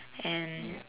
and